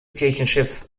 kirchenschiffs